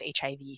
HIV